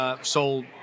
sold